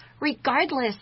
regardless